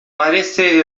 parece